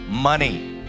money